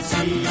See